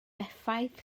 effaith